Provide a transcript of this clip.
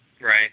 Right